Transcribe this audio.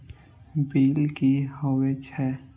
Bill की हौए छै?